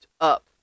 up